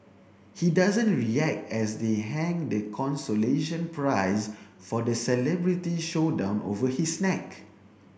he doesn't react as they hang the consolation prize for the celebrity showdown over his neck